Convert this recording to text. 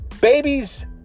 Babies